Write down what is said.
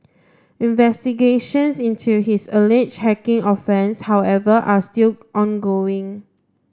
investigations into his alleged hacking offence however are still ongoing